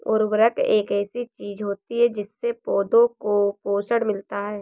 उर्वरक एक ऐसी चीज होती है जिससे पौधों को पोषण मिलता है